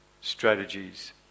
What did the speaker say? strategies